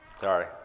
Sorry